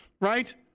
right